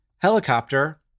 helicopter